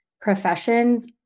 professions